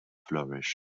flourish